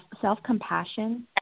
self-compassion